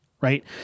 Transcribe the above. right